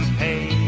pay